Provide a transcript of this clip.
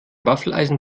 waffeleisen